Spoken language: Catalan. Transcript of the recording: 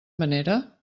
manera